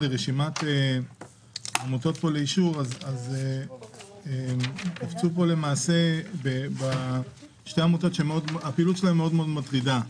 רשימת העמותות לאישור אז קפצו פה שתי עמותות שהפעילות שלהן מטרידה.